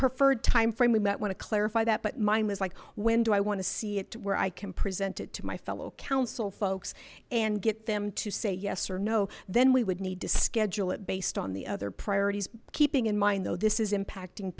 preferred timeframe we might want to clarify that but mine was like when do i want to see it where i can present it to my fellow council folks and get them to say yes or no then we would need to schedule it based on the other priorities keeping in mind though this is impacting